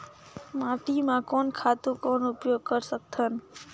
माटी म कोन खातु कौन उपयोग कर सकथन?